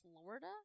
Florida